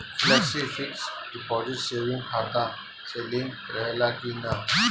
Flexi fix deposit saving खाता से link रहले कि ना?